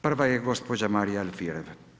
Prva je gospođa Marija Alfirev.